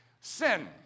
Sin